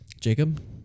Jacob